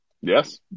Yes